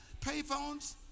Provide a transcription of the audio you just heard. Payphones